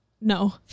No